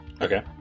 Okay